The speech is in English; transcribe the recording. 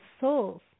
souls